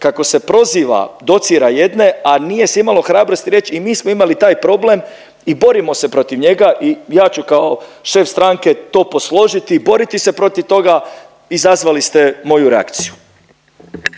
kako se proziva, docira jedne, a nije se imalo hrabrosti reć i mi smo imali taj problem i borimo se protiv njega i ja ću kao šef stranke to posložiti, boriti se protiv toga, izazvali ste moju reakciju.